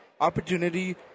opportunity